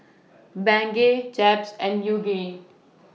Bengay Chaps and Yoogane